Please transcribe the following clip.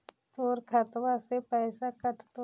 तोर खतबा से पैसा कटतो?